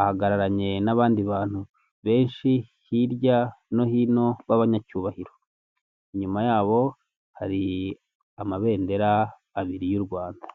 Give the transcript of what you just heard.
ahagararamye n'abandi bantu benshi hirya no hino b'abanyacyubahiro, inyuma yabo hari amabendera abiri y'u Rwanda.